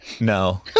No